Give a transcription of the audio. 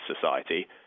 society